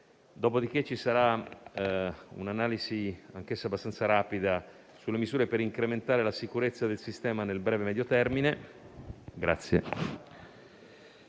il secondo è un'analisi, anche se abbastanza rapida, delle misure per incrementare la sicurezza del sistema nel breve e medio termine;